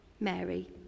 Mary